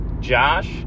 Josh